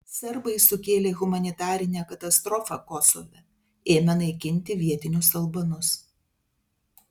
serbai sukėlė humanitarinę katastrofą kosove ėmę naikinti vietinius albanus